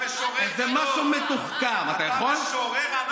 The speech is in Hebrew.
אתה הרי משורר גדול.